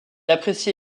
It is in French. apprécie